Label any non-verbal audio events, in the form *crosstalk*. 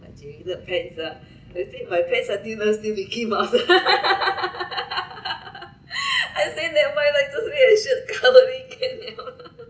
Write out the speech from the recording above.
like jaded the pants ah they say my pants until now still mickey mouse *laughs* I say never mind just wear the shirt cover it can liao lah